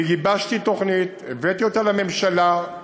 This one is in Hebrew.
גיבשתי תוכנית, הבאתי אותה לממשלה,